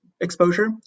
exposure